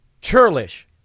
Churlish